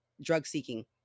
drug-seeking